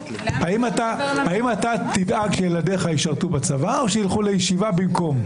האם אתה תדאג שילדיך ישרתו בצבא או שילכו לישיבה במקום?